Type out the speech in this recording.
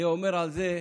היה אומר על זה: